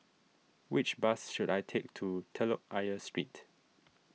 which bus should I take to Telok Ayer Street